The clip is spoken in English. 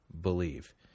believe